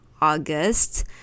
August